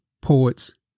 poets